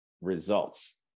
results